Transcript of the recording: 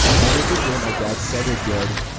ended the day my dad said it did.